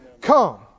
come